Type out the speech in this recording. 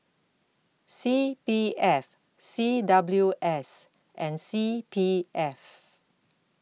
C P F C W S and C P F